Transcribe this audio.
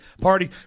party